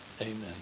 Amen